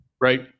Right